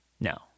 No